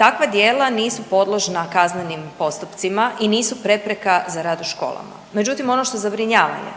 Takva djela nisu podložna kaznenim postupcima i nisu prepreka za rad u školama. Međutim, ono što zabrinjava je